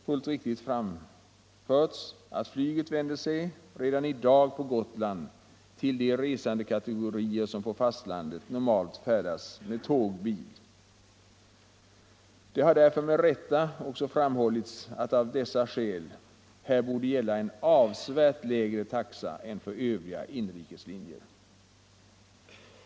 Flyget på Gotland vänder sig redan i dag till de resandekategorier som på fastlandet normalt färdas med tåg, bil m.m. Det har därför med rätta framhållits att det av dessa skäl här borde gälla en avsevärt lägre taxa än för övriga inrikeslinjer.